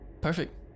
Perfect